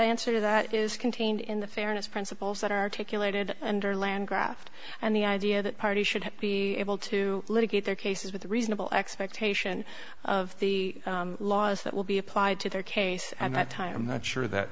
answer to that is contained in the fairness principles that articulated under land graft and the idea that parties should be able to litigate their cases with a reasonable expectation of the laws that will be applied to their case and that time i'm not sure that